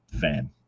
fan